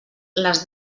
les